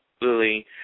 Lily